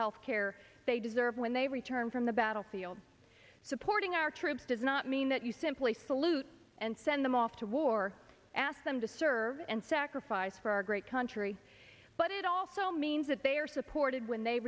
health care they deserve when they return from the battlefield supporting our troops does not mean that you simply salute and send them off to war ask them to serve and sacrifice for our great country but it also means that they are supported when they